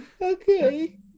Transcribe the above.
Okay